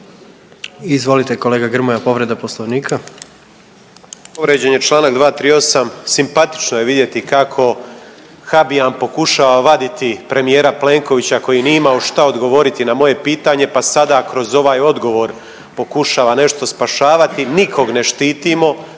Izvolite kolega Grmoja povreda Poslovnika.